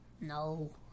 No